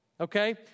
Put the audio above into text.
Okay